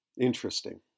Interesting